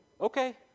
Okay